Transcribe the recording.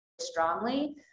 strongly